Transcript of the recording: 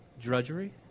Drudgery